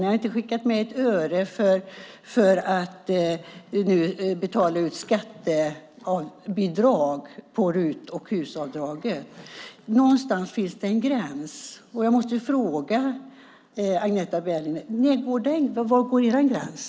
Ni har inte skickat med ett öre för att betala ut skattebidrag på HUS-avdragen. Någonstans finns det en gräns. Jag måste fråga Agneta Berliner: Var går er gräns?